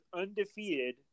undefeated